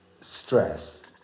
stress